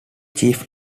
chief